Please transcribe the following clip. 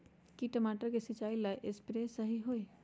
का टमाटर के सिचाई ला सप्रे सही होई?